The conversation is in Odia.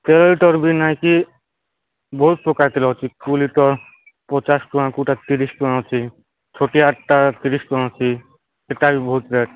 ବି ନାଇଁ କି ବହୁତ ପ୍ରକାର ଅଛି ଲିଟର୍ ପଚାଶ ଟଙ୍କା କୋଉଟା ତିରିଶ ଟଙ୍କା ଅଛି ଛୋଟିଆଟା ତିରିଶ ଟଙ୍କା ଅଛି ସେଟା ବି ବହୁତ ରେଟ